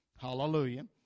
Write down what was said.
Hallelujah